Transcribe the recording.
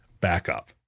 backup